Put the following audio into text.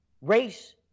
race